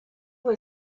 were